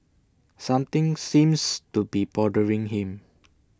something seems to be bothering him